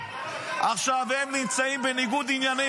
עכשיו הם נמצאים בניגוד עניינים,